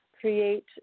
create